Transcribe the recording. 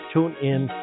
TuneIn